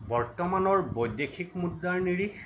বৰ্তমানৰ বৈদেশিক মুদ্ৰাৰ নিৰিখ